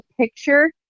picture